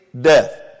death